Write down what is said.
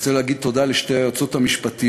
אני רוצה להגיד תודה לשתי היועצות המשפטיות,